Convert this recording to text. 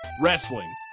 wrestling